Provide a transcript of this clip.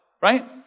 right